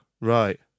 right